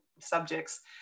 subjects